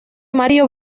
mario